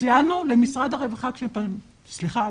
סייענו למשרד הרווחה כשהם פנו סליחה,